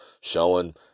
showing